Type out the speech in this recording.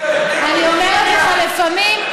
אז אוקיי,